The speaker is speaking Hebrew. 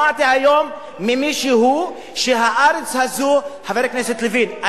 שמעתי היום ממישהו שהארץ הזאת, חבר הכנסת לוין,